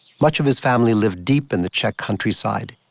much of his family lived deep in the czech countryside,